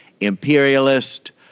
imperialist